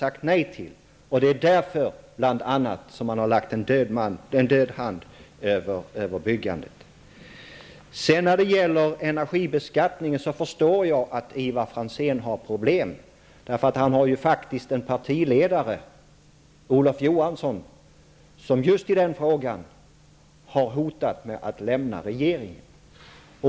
Det är bl.a. mot den bakgrunden som jag säger att man har lagt en död hand över byggandet. När det gäller energibeskattningen kan jag förstå att Ivar Franzén har problem. Hans partiledare, Olof Johansson, har ju just med anledning av den frågan hotat med att lämna regeringen.